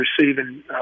receiving